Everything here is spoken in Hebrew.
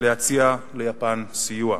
להציע ליפן סיוע.